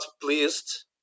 pleased